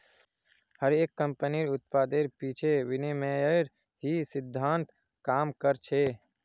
हर एक कम्पनीर उत्पादेर पीछे विनिमयेर ही सिद्धान्त काम कर छे